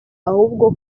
ahubwo